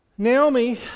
Naomi